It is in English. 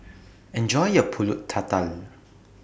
Enjoy your Pulut Tatal